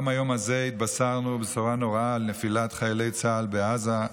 גם היום הזה התבשרנו בבשורה נוראה על נפילת חיילי צה"ל בעזה,